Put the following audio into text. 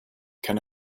can